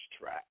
track